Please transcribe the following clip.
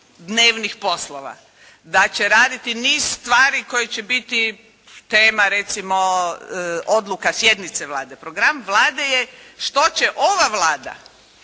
dnevnih poslova, da će raditi niz stvari koje će biti tema recimo odluka sjednice Vlade. Program Vlade je što će ova Vlada